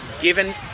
given